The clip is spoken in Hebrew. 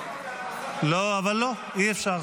--- לא, אי-אפשר.